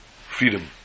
freedom